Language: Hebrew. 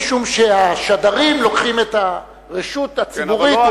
משום שהשדרים לוקחים את הרשות הציבורית,